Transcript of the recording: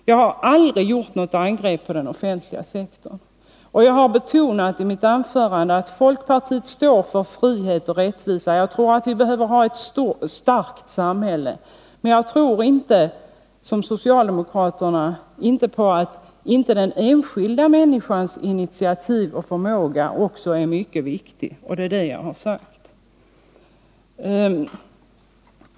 Jag har aldrig angripit den offentliga sektorn, och jag betonade i mitt anförande att folkpartiet står för frihet och rättvisa. Jag tror att vi behöver ha ett starkt samhälle, men jag tror också, till skillnad från socialdemokraterna, att den enskilda människans initiativ och förmåga är någonting mycket viktigt. Det är detta som jag har sagt.